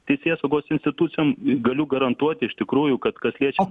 teisėsaugos institucijom galiu garantuoti iš tikrųjų kad kas liečia